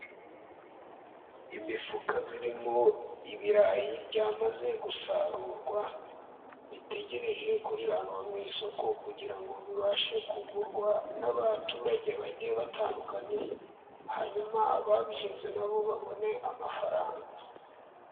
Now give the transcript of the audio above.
Imifuka irimo ibirayi byamaze gusarurwa, bitegereje kujyanwa mu isoko, kugira ngo bibashe kugurwa n'abaturage bagiye batandukanye, hanyuma ababihinze nabo babone amafaranga.